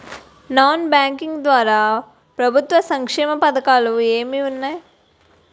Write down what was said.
Non banking ద్వారా ప్రభుత్వ సంక్షేమ పథకాలు ఏంటి ఉన్నాయి?